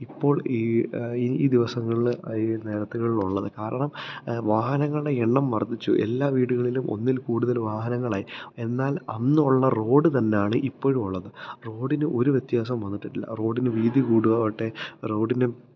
ഇപ്പോള് ഈ ഈ ദിവസങ്ങളില് ഈ നിരത്തുകളിൽ ഉള്ളത് കാരണം വാഹനങ്ങളുടെ എണ്ണം വര്ദ്ധിച്ചു എല്ലാ വീടുകളിലും ഒന്നില് കൂടുതല് വാഹനങ്ങളായി എന്നാല് അന്നുള്ള റോഡ് തന്നാണ് ഇപ്പഴും ഉള്ളത് റോഡിന് ഒരു വ്യത്യാസവും വന്നിട്ടില്ല റോഡിന് വീതി കൂടുകയാവട്ടെ റോഡിന്